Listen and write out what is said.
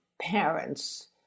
parents